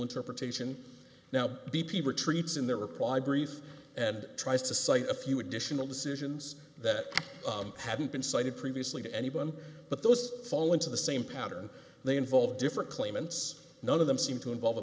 interpretation now b p retreats in their reply brief and tries to cite a few additional decisions that hadn't been cited previously to anyone but those fall into the same pattern they involve different claimants none of them seem to involve a